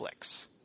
netflix